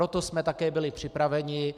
Proto jsme také byli připraveni.